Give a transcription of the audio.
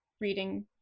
reading